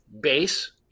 base